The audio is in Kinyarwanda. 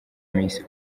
miss